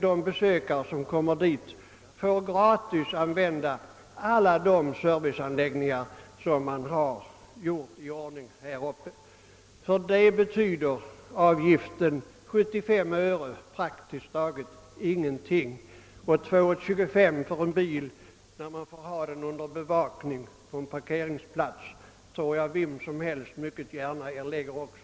De besökare som kommer dit får gratis använda alla de serviceanläggningar som man har gjort i ordning där uppe. För dem betyder avgiften 75 öre praktiskt taget ingenting. Jag tror också att vem som helst mycket gärna erlägger 2 kronor 25 öre för en bil, när man har den under bevakning på en parkeringsplats.